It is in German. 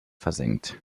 versenkt